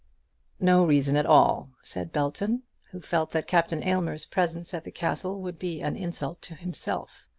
no reason at all, said belton who felt that captain aylmer's presence at the castle would be an insult to himself.